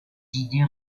idées